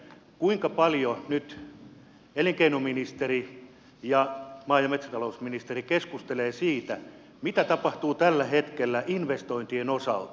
kuinka paljon nyt elinkeinoministeri ja maa ja metsätalousministeri keskustelevat siitä mitä tapahtuu tällä hetkellä investointien osalta